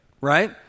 right